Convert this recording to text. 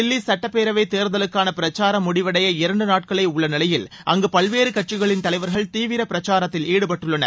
தில்லி சட்டப் பேரவை தேர்தலுக்கான பிரச்சாரம் முடிவடைய இரண்டு நாட்களே உள்ள நிலையில் அங்கு பல்வேறு கட்சிகளின் தலைவர்கள் தீவிர பிரச்சாரத்தில் ஈடுபட்டுள்ளனர்